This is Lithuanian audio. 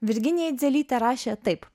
virginija eidzelytė rašė taip